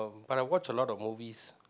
but I watch a lot of movies